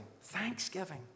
Thanksgiving